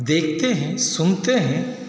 देखते हैं सुनते हैं